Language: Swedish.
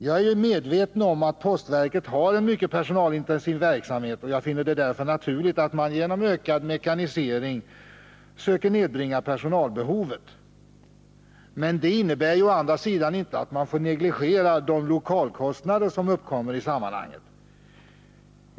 Jag är medveten om att postverket har en mycket personalintensiv verksamhet, och jag finner det därför naturligt att verket genom ökad mekanisering söker nedbringa personalbehovet, men det innebär å andra sidan inte att man får negligera de lokalkostnader som uppkommer i sammanhanget.